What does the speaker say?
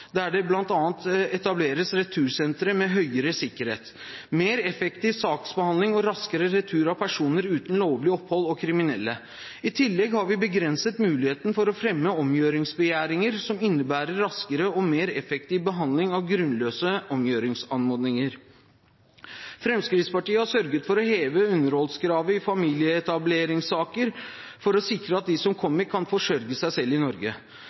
der det bl.a. etableres retursentre med høyere sikkerhet, mer effektiv saksbehandling og raskere retur av personer uten lovlig opphold og kriminelle. I tillegg har vi begrenset muligheten til å fremme omgjøringsbegjæringer, noe som innebærer en raskere og mer effektiv behandling av grunnløse omgjøringsanmodninger. Fremskrittspartiet har sørget for å heve underholdskravet i familieetableringssaker for å sikre at de som kommer til Norge, kan forsørge seg selv.